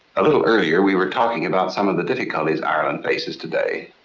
a little earlier we were talking about some of the difficulties ireland faces today.